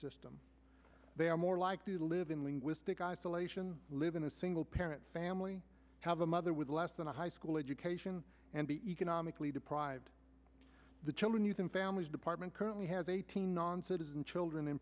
system they are more likely to live in linguistic isolation live in a single parent family have a mother with less than a high school education and be economically deprived the children using families department currently has eighteen non citizen children in